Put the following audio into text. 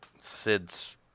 Sid's